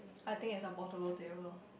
I think it's a portable table